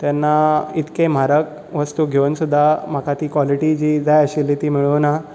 तेन्ना इतके म्हारग वस्तू घेवन सुद्दां म्हाका ती कॉलिटी जी जाय आशिल्ली ती मेळुंक ना